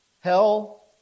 Hell